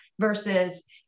versus